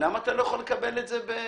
למה אתה לא יכול לקבל את זה במקום?